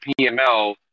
PML